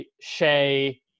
Shea